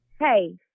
hey